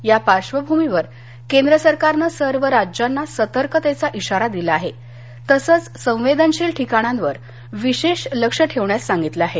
या पार्बभूमीवर केंद्र सरकारनं सर्व राज्यांना सतर्कतेचा इशारा दिला आहे तसंच संवेदनशील ठिकाणांवर विशेष लक्ष ठेवण्यास सांगितलं आहे